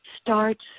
starts